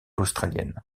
australienne